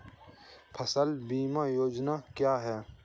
फसल बीमा योजना क्या है?